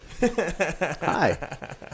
Hi